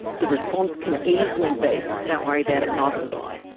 the response can easily be, don't worry about it, neither was i.